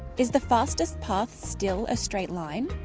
is the fastest path still a straight line?